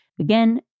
Again